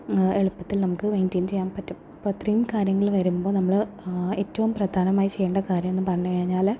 എളുപ്പത്തിൽ നമുക്ക് മെയ്ൻറ്റെയ്ൻ ചെയ്യാൻ പറ്റും അപ്പോൾ അത്രയും കാര്യങ്ങൾ വരുമ്പോൾ നമ്മൾ ഏറ്റവും പ്രധാനമായി ചെയ്യേണ്ട കാര്യം എന്ന് പറഞ്ഞു കഴിഞ്ഞാൽ